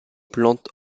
plantes